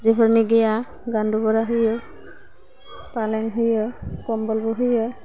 गैया गान्दुफोरा होयो फालें होयो कम्बलबो होयो